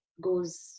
goes